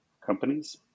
companies